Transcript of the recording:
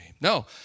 No